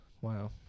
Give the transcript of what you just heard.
Wow